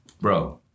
bro